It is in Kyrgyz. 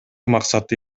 максаты